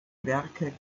werke